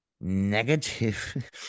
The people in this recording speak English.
negative